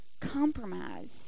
compromise